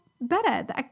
better